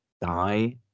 die